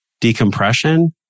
decompression